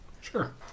Sure